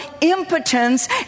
impotence